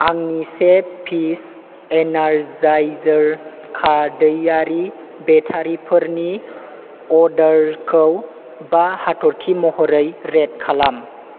आंनि से piece energizer खारदैयारि बेटारिफोरनि अर्डारखौ बा हाथरखि महरै रेट खालाम